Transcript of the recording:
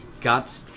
got